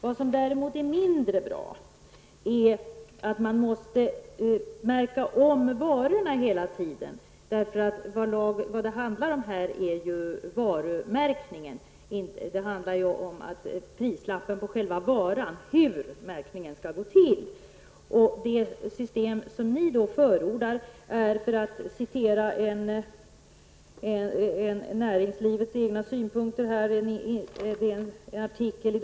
Vad som däremot inte är bra är att varorna hela tiden måste märkas om. Det handlar alltså om hur prismärkningen skall gå till. Jag skall referera ur en artikel i Dagens Industri för att visa hur det system för prismärkning som ni förordar fungerar.